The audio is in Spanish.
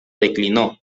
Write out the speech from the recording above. declinó